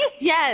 Yes